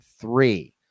three